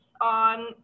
on